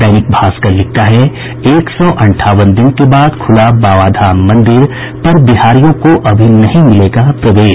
दैनिक भास्कर लिखता है एक सौ अंठावन दिन के बाद खुला बाबा धाम मंदिर पर बिहारियों को अभी नहीं मिलेगा प्रवेश